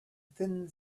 thin